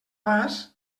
vas